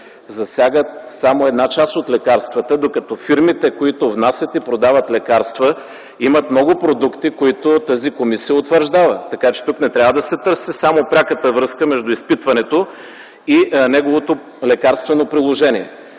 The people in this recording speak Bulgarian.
засягат само една част от лекарствата, докато фирмите, които внасят и продават лекарства, имат много продукти, които тази комисия утвърждава. Така че тук не трябва да се търси само пряката връзка между изпитването и неговото лекарствено приложение.